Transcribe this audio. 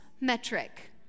metric